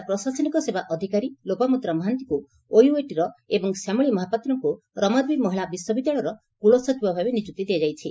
ଓଡ଼ିଶା ପ୍ରଶାସନିକ ସେବା ଅଧିକାରୀ ଲୋପାମୁଦ୍ରା ମହାନ୍ତିଙ୍କୁ ଓୟୁଏଟିର ଏବଂ ଶ୍ୟାମଳୀ ମହାପାତ୍ରଙ୍କୁ ରମାଦେବୀ ମହିଳା ବିଶ୍ୱବିଦ୍ୟାଳୟର କୁଳସଚିବ ଭାବେ ନିଯୁକ୍ତି ଦିଆଯାଇଛି